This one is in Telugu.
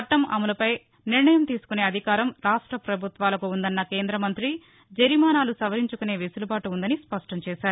చట్టం అమలుపై నిర్ణయం తీసుకునే అధికారం రాష్ట ప్రభుత్వాలకు ఉందన్న కేంద్రమంత్రిజరిమానాలు సవరించుకునే వెసులుబాటు ఉందని స్పష్టంచేశారు